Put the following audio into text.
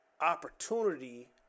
Opportunity